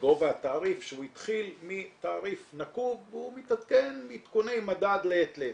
לגובה התעריף שהוא התחיל מתעריף נקוב והוא מתעדכן מעדכוני מדד מעת לעת.